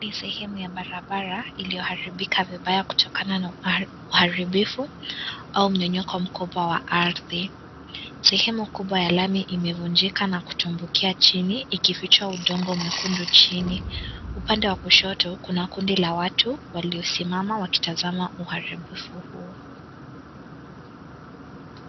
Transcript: Ni sehemu ya barabara iliyoharibika vibaya kutokana na uharibifu au mnyonyoko wa mkopo wa ardhi. Sehemu kubwa ya lami imefunjika na kutumbukia chini ikificha utongo mekundu chini. Upande wa kushoto kuna kundi la watu waliosimama wakitazama uharibifu huo.